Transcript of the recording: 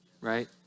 right